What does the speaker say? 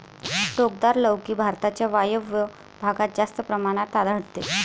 टोकदार लौकी भारताच्या वायव्य भागात जास्त प्रमाणात आढळते